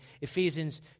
Ephesians